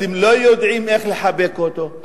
אתם לא יודעים איך לחבק אותו,